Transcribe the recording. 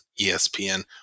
ESPN